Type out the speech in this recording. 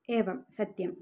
एवं सत्यम्